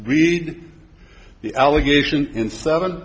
read the allegation in southern